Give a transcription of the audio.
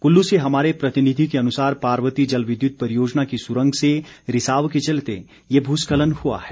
कुल्लू से हमारे प्रतिनिधि के अनुसार पार्वती जल विद्युत परियोजना की सुरंग से रिसाव के चलते ये भूस्खलन हुआ है